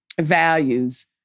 values